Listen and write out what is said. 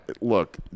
Look